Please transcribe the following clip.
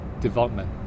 development